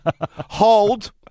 hold